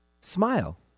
smile